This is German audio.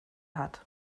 hat